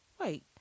Wait